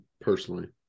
personally